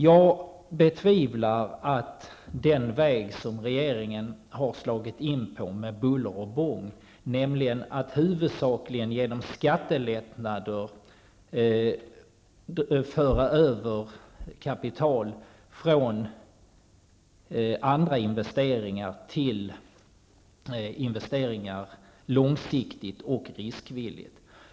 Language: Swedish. Jag betvivlar den väg som regeringen med buller och bång har slagit in på, nämligen att huvudsakligen genom skattesänkningar föra över kapital från andra investeringar till investeringar långsiktigt och riskvilligt.